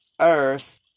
earth